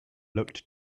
looked